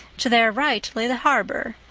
to their right lay the harbor,